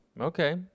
Okay